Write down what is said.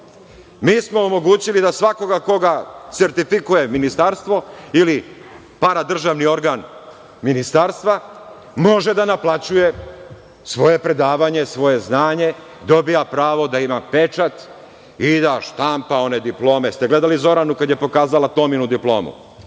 Mi smo omogućili da svakoga koga sertifikuje ministarstvo ili paradržavni organ ministarstva može da naplaćuje svoje predavanje, svoje znanje, dobija pravo da ima pečat i da štampa one diplome. Da li ste gledali Zoranu kada je pokazala Tominu diplomu?